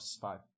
five